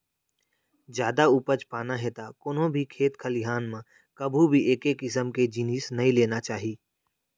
जादा उपज पाना हे त कोनो भी खेत खलिहान म कभू भी एके किसम के जिनिस नइ लेना चाही